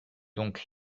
donc